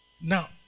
Now